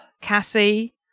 Cassie